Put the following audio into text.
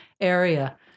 area